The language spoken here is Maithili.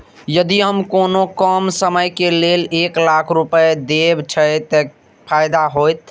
यदि हम कोनो कम समय के लेल एक लाख रुपए देब छै कि फायदा होयत?